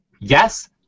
Yes